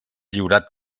lliurat